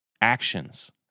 actions